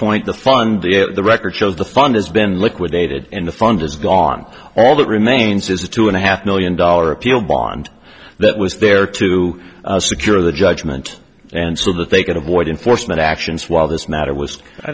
point the fund the record shows the fund has been liquidated in the fund is gone all that remains is a two and a half million dollar appeal beyond that was there to secure the judgment and so that they could avoid enforcement actions while this matter was i